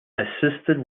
assisted